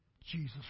Jesus